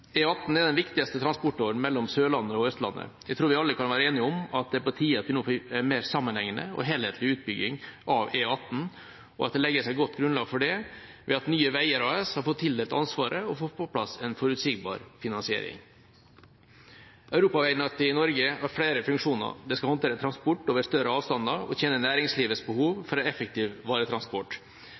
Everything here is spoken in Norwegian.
er den viktigste transportåren mellom Sørlandet og Østlandet. Jeg tror vi alle kan være enige om at det er på tide at vi nå får en mer sammenhengende og helhetlig utbygging av E18, og at det legges et godt grunnlag for det ved at Nye Veier AS har fått tildelt ansvaret og fått på plass en forutsigbar finansiering. Europaveinettet i Norge har flere funksjoner. Det skal håndtere transport over større avstander og tjene næringslivets behov for en effektiv varetransport.